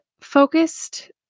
focused